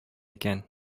икән